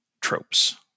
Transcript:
tropes